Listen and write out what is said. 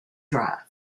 drive